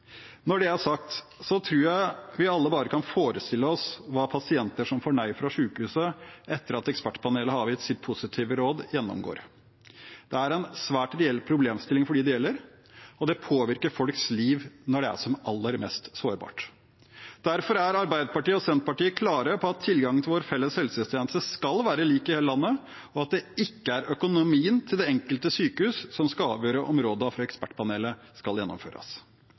Når det er sagt, tror jeg vi alle bare kan forestille oss hva pasienter som får nei fra sykehuset etter at Ekspertpanelet har avgitt sitt positive råd, gjennomgår. Det er en svært reell problemstilling for dem det gjelder, og det påvirker folks liv når det er som aller mest sårbart. Derfor er Arbeiderpartiet og Senterpartiet klare på at tilgangen til vår felles helsetjeneste skal være lik i hele landet, og at det ikke er økonomien til det enkelte sykehus som skal avgjøre om rådene fra Ekspertpanelet skal gjennomføres.